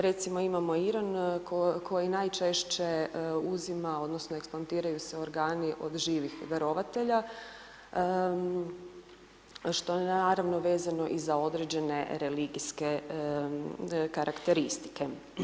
Recimo imamo Iran koji najčešće uzima odnosno eksplantiraju se organi od živih darovatelja, što je naravno vezano i za određene religijske karakteristike.